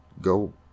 go